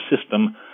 System